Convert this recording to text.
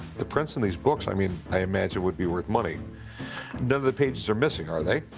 the prints in these books, i mean, i imagine would be worth money. none of the pages are missing, are they?